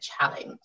challenge